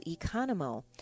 Economo